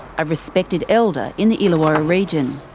a respected elder in the illawarra region.